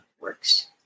works